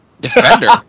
Defender